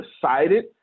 decided